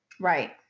Right